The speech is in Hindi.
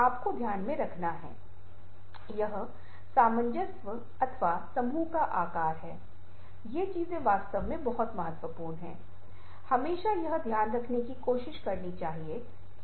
लेकिन फिर हम छवि और ग्रंथों के साथ उनके संबंधों पर आगे बढ़ते हैं आप देखते हैं कि पाठ वही शेष है यदि छवि बदलते है तो अर्थ बदल जाती है तो वास्तव में यह विशेष छवि क्या बताती है